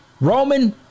Roman